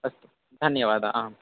अस्तु धन्यवादः आम्